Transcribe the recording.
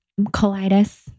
colitis